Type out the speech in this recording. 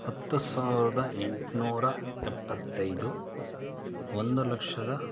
ಹತ್ತು ಸಾವಿರದ ಎಂಟ್ನೂರ ಎಪ್ಪತ್ತೈದು ಒಂದು ಲಕ್ಷದ